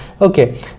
okay